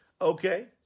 Okay